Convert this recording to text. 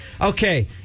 Okay